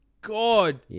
god